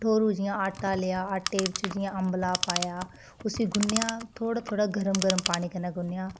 भठोरू जियां आटा लेआ आटै बिच्च जियां अम्बला पाया उसी गुन्नेआ थोह्ड़े थोह्ड़े गर्म गर्म पानी कन्नै गुन्नेआ